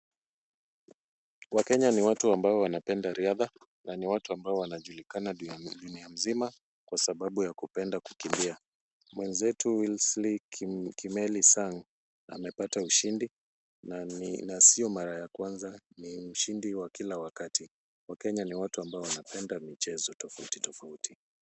Wakenya ni watu ambao wanapenda riadha na ni watu ambao wanajulikana dunia mzima kwa saabu ya kupenda kukimbia. Mwenzetu Wesley Kimeli Sang, amepata ushindi na sio mara ya kwanza, ni mshindi wa kila wakati. Wakenya ni watu ambao wanapenda michezo tofauti tofauti.